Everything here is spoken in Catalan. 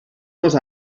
nos